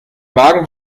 magen